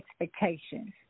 expectations